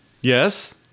Yes